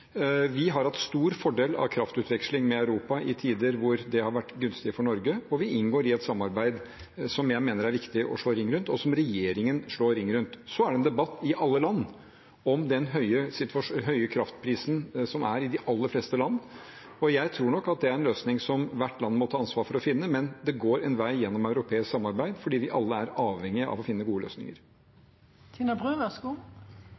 Vi har hatt stor fordel av kraftutveksling med Europa i tider hvor det har vært gunstig for Norge, og vi inngår i et samarbeid som jeg mener det er viktig å slå ring rundt, og som regjeringen slår ring rundt. Så er det en debatt i alle land om den høye kraftprisen som er i de aller fleste land, og jeg tror nok at det er en løsning hvert enkelt land må ta ansvar for å finne, men det går en vei gjennom europeisk samarbeid fordi vi alle er avhengige av å finne gode